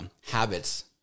habits